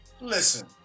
Listen